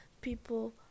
People